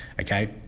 okay